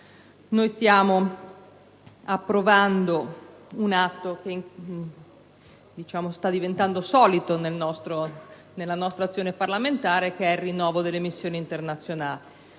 Stiamo approvando un atto che sta diventando solito nella nostra azione parlamentare, ovvero il rinnovo delle missioni internazionali,